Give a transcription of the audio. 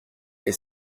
est